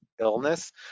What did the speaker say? illness